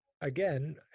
Again